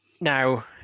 Now